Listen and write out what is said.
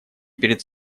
перед